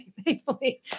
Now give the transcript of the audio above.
thankfully